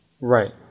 Right